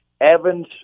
Evans